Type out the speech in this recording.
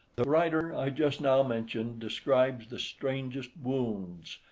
the writer i just now mentioned describes the strangest wounds,